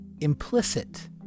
implicit